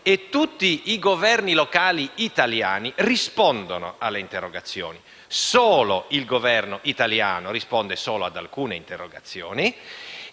enti territoriali italiani rispondono alle interrogazioni. Solo il Governo italiano risponde solo ad alcune interrogazioni